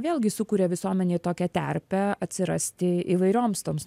vėlgi sukuria visuomenėj tokią terpę atsirasti įvairioms toms